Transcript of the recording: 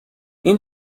این